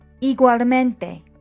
Igualmente